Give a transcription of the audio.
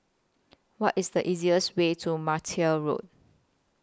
What IS The easiest Way to Martia Road